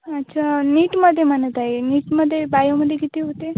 अच्छा नीटमध्ये म्हणत आहे नीटमध्ये बायोमध्ये किती होते